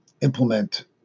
implement